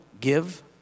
give